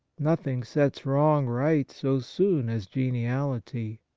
nothing sets wrong right so soon as geniality.